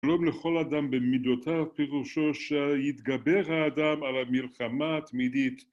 ‫כלום לכל אדם במידותיו פירושו ‫שהתגבר האדם על המלחמה התמידית.